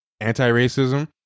anti-racism